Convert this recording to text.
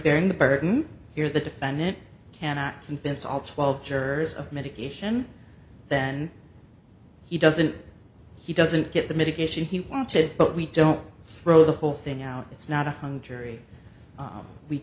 bearing the burden here the defend it cannot convince all twelve jurors of medication then he doesn't he doesn't get the medication he wanted but we don't throw the whole thing out it's not a hung jury